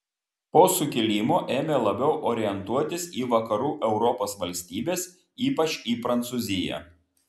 po sukilimo ėmė labiau orientuotis į vakarų europos valstybes ypač į prancūziją